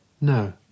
No